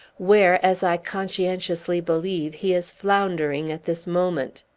where, as i conscientiously believe, he is floundering at this moment!